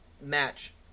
match